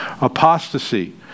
apostasy